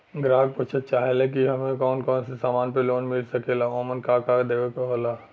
ग्राहक पुछत चाहे ले की हमे कौन कोन से समान पे लोन मील सकेला ओमन का का देवे के होला?